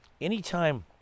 Anytime